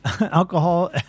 Alcohol